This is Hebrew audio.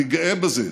אני גאה בזה.